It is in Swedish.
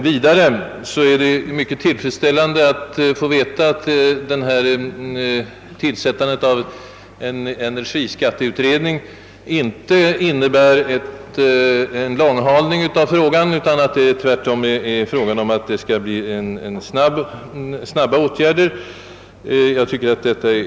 Vidare är det mycket tillfredsställande att få veta att tillsättandet av en energiskatteutredning inte alls får innebära en långhalning av frågan utan att tvärtom snabba åtgärder skall vidtas.